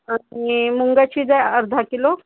आणि मुगाची द्या अर्धा किलो